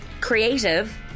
creative